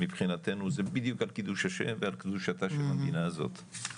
מבחינתנו זה בדיוק על קידוש השם ועל קדושת השם במדינה הזאת,